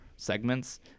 segments